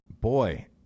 boy